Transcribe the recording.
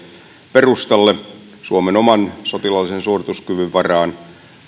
perustalle suomen oman sotilaallisen suorituskyvyn varaan